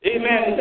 Amen